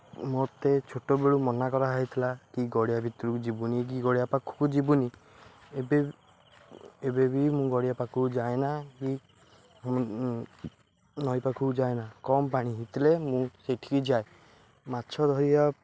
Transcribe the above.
ମୋତେ ଛୋଟବେଳୁ ମନା କରାହୋଇଥିଲା କି ଗଡ଼ିଆ ଭିତରୁକୁ ଯିବୁନି କି ଗଡ଼ିଆ ପାଖକୁ ଯିବୁନି ଏବେ ଏବେ ବି ମୁଁ ଗଡ଼ିଆ ପାଖକୁ ଯାଏନା କି ନଈ ପାଖକୁ ଯାଏନା କମ୍ ପାଣି ହୋଇଥିଲେ ମୁଁ ସେଠିକି ଯାଏ ମାଛ ଧରିବା